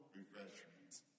refreshments